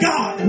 God